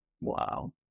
Wow